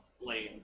Lane